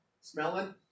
smelling